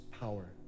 power